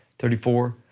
thirty four.